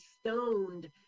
stoned